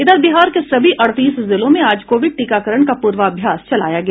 इधर बिहार के सभी अड़तीस जिलों में आज कोविड टीकाकरण का पूर्वाभ्यास चलाया गया